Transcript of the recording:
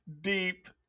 deep